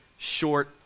short